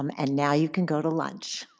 um and now you can go to lunch.